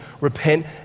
Repent